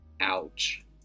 ouch